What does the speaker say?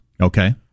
Okay